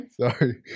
Sorry